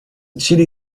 chilli